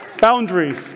Boundaries